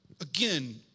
Again